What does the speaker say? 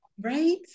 Right